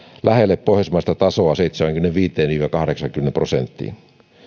lähelle pohjoismaista tasoa seitsemäänkymmeneenviiteen viiva kahdeksaankymmeneen prosenttiin